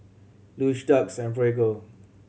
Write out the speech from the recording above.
Lush Doux and Prego